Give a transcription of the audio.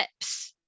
tips